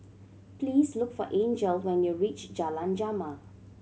please look for Angel when you reach Jalan Jamal